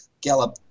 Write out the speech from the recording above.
Gallup